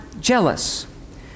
jealous